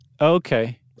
Okay